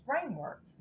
framework